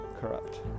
corrupt